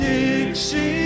Dixie